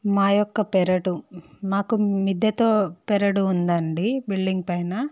మా యొక్క పెరడు మాకు మిద్దెతో పెరడు ఉంది అండి బిల్డింగ్ పైన